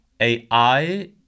AI